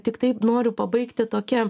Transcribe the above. tiktai noriu pabaigti tokia